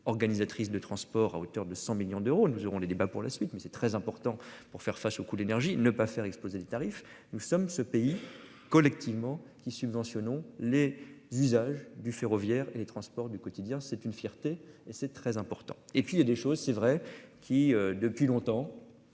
organisatrices de transport à hauteur de 100 millions d'euros. Nous irons les débats pour la suite. Mais c'est très important pour faire face au coût de l'énergie, ne pas faire exploser les tarifs. Nous sommes ce pays collectivement qui subventionnons les usages du ferroviaire et les transports du quotidien, c'est une fierté et c'est très important et puis il y a des choses c'est vrai qui depuis longtemps.